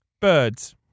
Birds